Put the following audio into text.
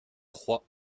trois